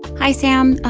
hi sam,